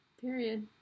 Period